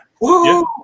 Woo